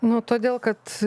nu todėl kad